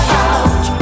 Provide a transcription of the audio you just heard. out